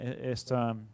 esta